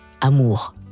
Amour